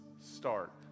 start